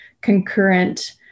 concurrent